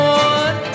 one